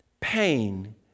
pain